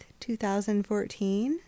2014